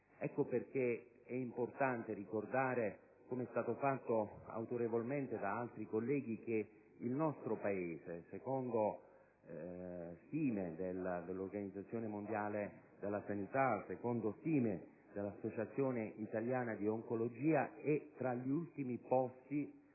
motivo è importante ricordare - come è stato fatto autorevolmente da altri colleghi - che il nostro Paese, secondo stime dell'Organizzazione mondiale della sanità e dell'Associazione italiana di oncologia, è agli ultimi posti